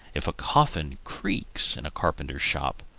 if a coffin creaks in a carpenter's shop,